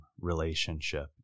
relationship